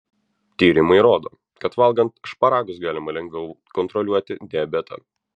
tyrimai rodo kad valgant šparagus galima lengviau kontroliuoti diabetą